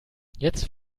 jetzt